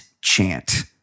chant